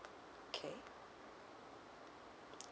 okay